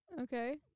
Okay